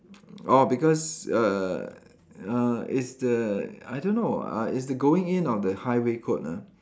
orh because err err it's the I don't know uh it's the going in of the highway code ah